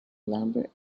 lumber